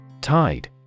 Tide